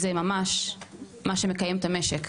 זה ממש מה שמקיים את המשק.